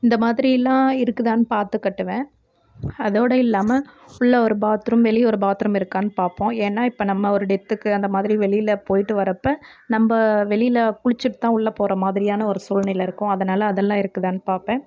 இந்த மாதிரிலாம் இருக்குதான்னு பார்த்து கட்டுவேன் அதோடய இல்லாமல் உள்ளே ஒரு பாத்ரூம் வெளியே ஒரு பாத்ரூம் இருக்கான்னு பார்ப்போம் ஏன்னால் இப்போ நம்ம ஒரு டெத்துக்கு அந்த மாதிரி வெளியில் போயிட்டு வர்றப்ப நம்ம வெளியில் குளிச்சுட்டு தான் உள்ளே போகிற மாதிரியான ஒரு சூழ்நிலை இருக்கும் அதனால அதெல்லாம் இருக்குதான்னு பார்ப்பேன்